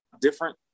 different